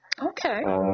Okay